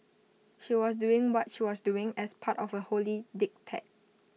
she was doing what she was doing as part of A holy diktat